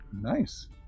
nice